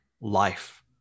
life